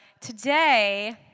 today